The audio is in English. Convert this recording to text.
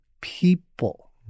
people